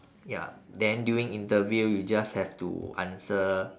ya then during interview you just have to answer